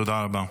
תודה רבה.